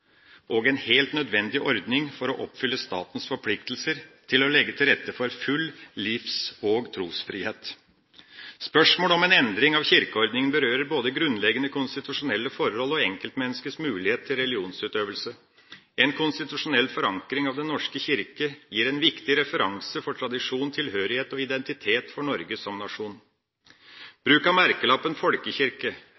en helt nødvendig ordning for å oppfylle statens forpliktelser til å legge til rette for full livs- og trosfrihet. Spørsmålet om en endring av kirkeordninga berører både grunnleggende konstitusjonelle forhold og enkeltmenneskers mulighet til religionsutøvelse. En konstitusjonell forankring av Den norske kirke gir en viktig referanse for tradisjon, tilhørighet og identitet for Norge som nasjon.